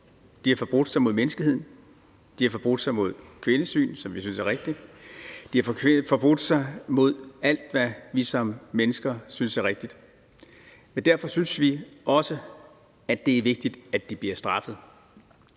De har forbrudt sig imod menneskeheden; de har forbrudt sig mod det kvindesyn, som vi synes er rigtigt; de har forbrudt sig mod alt, hvad vi som mennesker synes er rigtigt. Derfor synes vi også, det er vigtigt, at de bliver straffet.